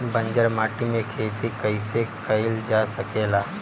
बंजर माटी में खेती कईसे कईल जा सकेला?